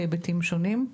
בהיבטים שונים.